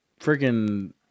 freaking